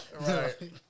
Right